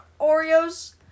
Oreos